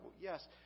Yes